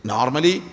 Normally